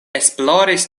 esploris